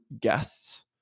guests